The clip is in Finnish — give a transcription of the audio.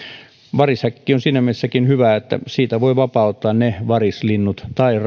varishäkki on siinäkin mielessä hyvä että siitä voi vapauttaa ne varislinnut tai